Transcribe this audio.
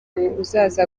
uzaza